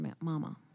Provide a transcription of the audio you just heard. mama